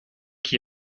qui